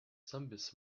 zombies